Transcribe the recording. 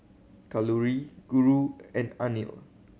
Kalluri Guru and Anil